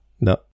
No